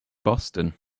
boston